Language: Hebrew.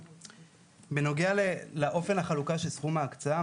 בנוגע לאופן החלוקה של סכום ההקצאה,